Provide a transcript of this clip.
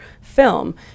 film